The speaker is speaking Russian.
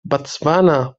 ботсвана